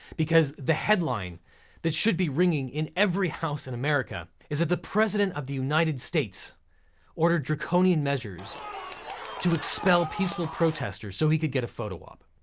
because the headline that should be ringing in every house in america is that the president of the united states ordered draconian measures to expel peaceful protesters so he could get a photo op.